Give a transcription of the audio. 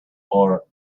are